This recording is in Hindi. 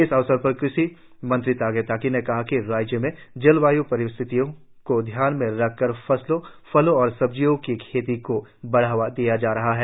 इस अवसर पर कृषि मंत्री तागे ताकि ने कहा कि राज्य में जलवायू परिस्थितियों को ध्यान में रखकर फसलों फलों और सब्जियों की खेती को बढ़ावा दिया जा रहा है